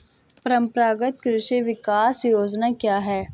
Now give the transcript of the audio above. परंपरागत कृषि विकास योजना क्या है?